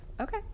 Okay